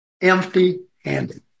Empty-handed